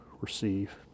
receive